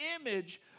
image